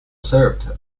served